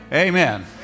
amen